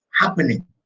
happening